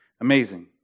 Amazing